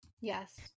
yes